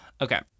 Okay